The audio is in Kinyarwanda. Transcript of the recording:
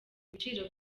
ibiciro